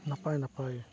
ᱱᱟᱯᱟᱭ ᱱᱟᱯᱟᱭ